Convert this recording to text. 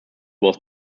was